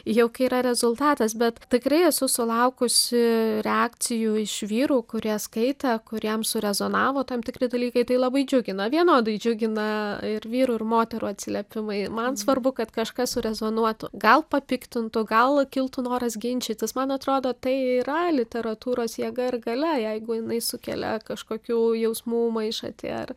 jau kai yra rezultatas bet tikrai esu sulaukusi reakcijų iš vyrų kurie skaitė kuriem surezonavo tam tikri dalykai tai labai džiugina vienodai džiugina ir vyrų ir moterų atsiliepimai man svarbu kad kažkas surezonuotų gal papiktintų gal kiltų noras ginčytis man atrodo tai yra literatūros jėga ir galia jeigu jinai sukelia kažkokių jausmų maišatį ar